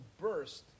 burst